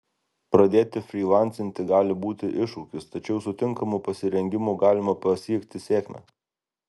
pradėti frylancinti gali būti iššūkis tačiau su tinkamu pasirengimu galima pasiekti sėkmę